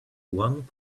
one